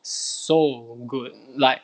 so good like